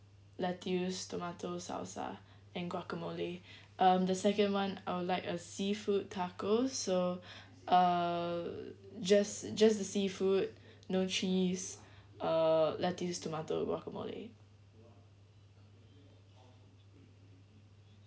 lettuce tomato salsa and guacamole um the second [one] I would like a seafood tacos so uh just just the seafood no cheese uh lettuce tomato guacamole